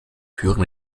türen